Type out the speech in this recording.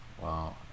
Wow